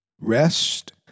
Rest